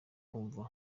kwumva